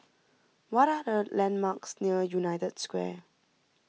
what are the landmarks near United Square